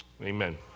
Amen